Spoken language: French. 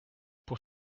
pour